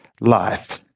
life